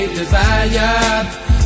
desired